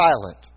silent